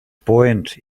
point